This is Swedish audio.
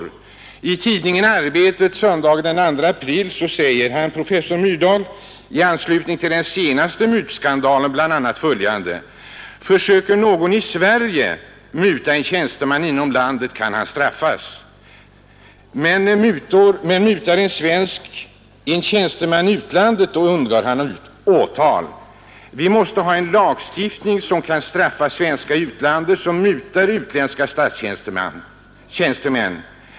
Och i tidningen Arbetet för söndagen den 2 april i år säger professor Myrdal i anslutning till den senaste mutskandalen bl.a. följande: ”Försöker någon i Sverige muta en tjänsteman inom landet kan han straffas. Men mutar en svensk en tjänsteman i utlandet, då undgår han åtal. Vi måste ha en lagstiftning som kan straffa svenskar i utlandet som mutar utländska statstjänstemän!